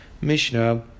Mishnah